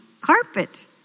carpet